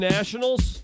Nationals